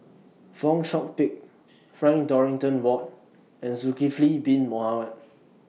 Fong Chong Pik Frank Dorrington Ward and Zulkifli Bin Mohamed